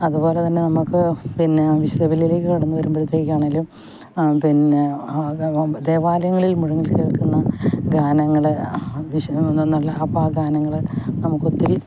അതുപോലെ തന്നെ നമുക്ക് പിന്നെ വിശുദ്ധ ബലികളിൽ കടന്നു വരുമ്പോഴത്തേക്കാണെങ്കിലും പിന്നെ ദേവാലയങ്ങളിൽ മുഴങ്ങി കേൾക്കുന്ന ഗാനങ്ങൾ വിശുദ്ദ കുർബ്ബാനയിൽ അപ്പോൾ ആ ഗാനങ്ങൾ നമുക്ക് ഒത്തിരി